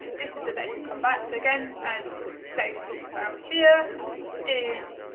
this is the data we've come back. so again, as david talks about here is,